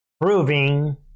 proving